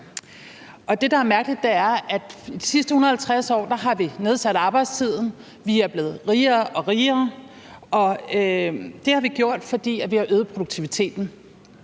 Det, der er mærkeligt, er, at i de sidste 150 år har vi nedsat arbejdstiden, og vi er blevet rigere og rigere. Det har vi gjort, fordi vi har øget produktiviteten.